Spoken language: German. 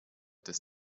des